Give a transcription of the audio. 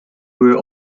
were